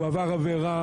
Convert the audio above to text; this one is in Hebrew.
הוא עבר עבירה,